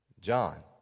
John